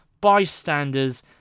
bystanders